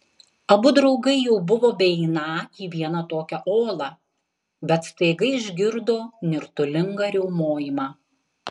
abu draugai jau buvo beeiną į vieną tokią olą bet staiga išgirdo nirtulingą riaumojimą